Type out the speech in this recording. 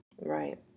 Right